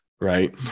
Right